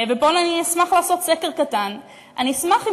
ופה אני אשמח לעשות סקר קטן: אני אשמח אם